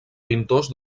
pintors